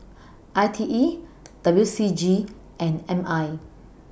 I T E W C G and M I